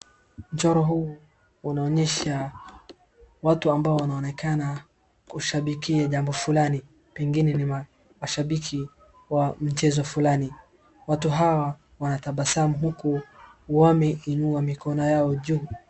Mchoro huu unaonyesha watu ambao wanaonekana kushabikia jambo fulani. Pengine ni mashabiki wa mchezo fulani. Watu hawa wanatabasamu huku wameinua mikono yao juu.